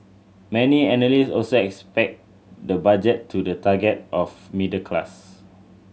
many analyst also expect the budget to the target of middle class